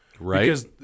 Right